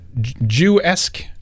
Jew-esque